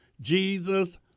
Jesus